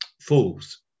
fools